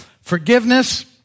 Forgiveness